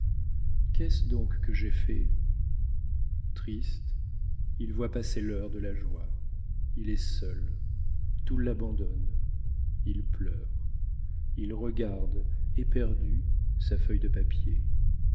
qu'est-ce donc que j'ai fait triste il voit passer l'heure de la joie il est seul tout l'abandonne il pleure il regarde éperdu sa feuille de papier